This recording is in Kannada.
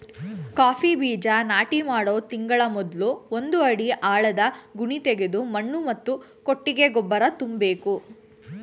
ಕಾಫಿ ಬೀಜ ನಾಟಿ ಮಾಡೋ ತಿಂಗಳ ಮೊದ್ಲು ಒಂದು ಅಡಿ ಆಳದ ಗುಣಿತೆಗೆದು ಮಣ್ಣು ಮತ್ತು ಕೊಟ್ಟಿಗೆ ಗೊಬ್ಬರ ತುಂಬ್ಬೇಕು